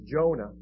Jonah